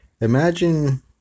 imagine